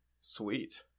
Sweet